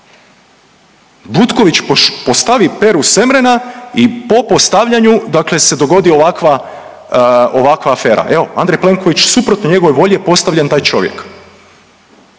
Butković postavi Peru Semrena i po postavljanju dakle se dogodi ovakva, ovakva afera. Evo Andrej Plenković, suprotno njegovoj volji je postavljen taj čovjek.